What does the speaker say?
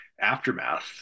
aftermath